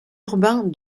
urbain